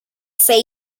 say